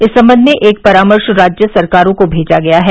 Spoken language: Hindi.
इस संबंध में एक परामर्श राज्य सरकारों को भेजा गया है